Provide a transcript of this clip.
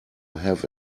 have